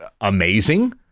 amazing